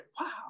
wow